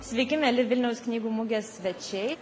sveiki mieli vilniaus knygų mugės svečiai